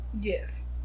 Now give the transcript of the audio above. Yes